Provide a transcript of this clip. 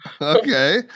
Okay